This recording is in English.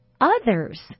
others